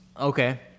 Okay